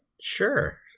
Sure